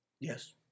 Yes